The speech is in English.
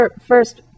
first